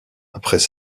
après